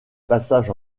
passage